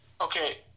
Okay